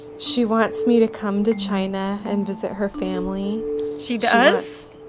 she wants me to come to china and visit her family she does?